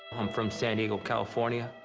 i'm from san diego, california.